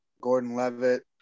Gordon-Levitt